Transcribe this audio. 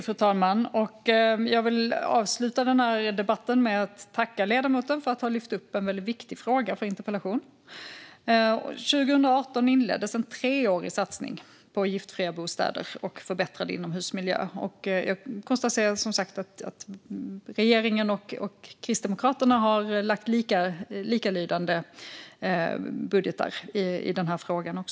Fru talman! Jag vill avsluta debatten med att tacka ledamoten för att han har lyft upp en viktig fråga, och jag konstaterar som sagt att regeringen och Kristdemokraterna har lagt fram likalydande budgetar i denna fråga.